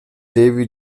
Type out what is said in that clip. davey